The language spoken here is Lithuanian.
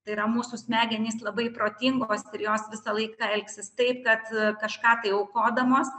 tai yra mūsų smegenys labai protingos ir jos visą laiką elgsis taip kad kažką tai aukodamos